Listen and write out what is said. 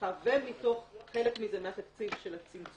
סליחה ומתוך חלק מזה מהתקציב של צמצום